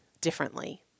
differently